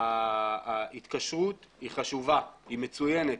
שהארכת ההתקשרות היא חשובה והיא מצוינת.